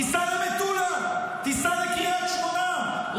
תיסע למטולה, תיסע לקריית שמונה.